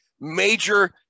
major